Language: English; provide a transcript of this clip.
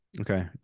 Okay